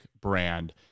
brand